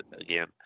again